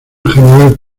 general